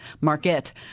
market